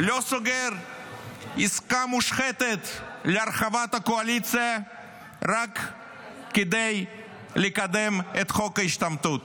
-- לא סוגר עסקה מושחתת להרחבת הקואליציה רק כדי לקדם את חוק ההשתמטות.